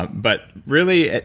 but really?